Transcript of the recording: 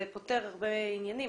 זה פותר הרבה עניינים.